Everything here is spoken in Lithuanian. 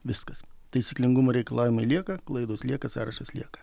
viskas taisyklingumo reikalavimai lieka klaidos lieka sąrašas lieka